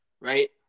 right